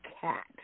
cat